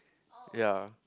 ya